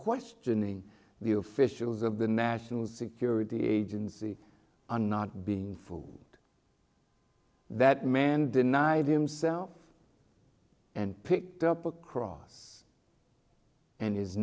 questioning the officials of the national security agency are not being for that man denied himself and picked up a cross and is